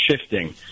shifting